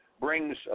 brings